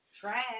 trash